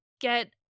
get